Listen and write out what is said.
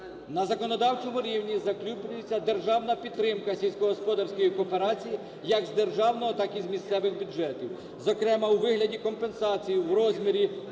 На законодавчому рівні закріплюється державна підтримка сільськогосподарської кооперації, як з державного, так і з місцевих бюджетів, зокрема, у вигляді компенсації в розмірі